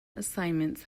assignments